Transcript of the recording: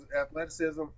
athleticism